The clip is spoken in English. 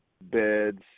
beds